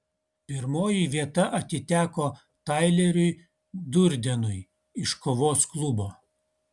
pirmoji vieta atiteko taileriui durdenui iš kovos klubo